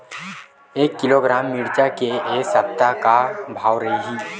एक किलोग्राम मिरचा के ए सप्ता का भाव रहि?